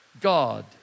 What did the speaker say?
God